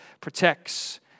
protects